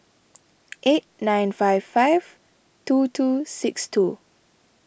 eight nine five five two two six two